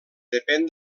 depèn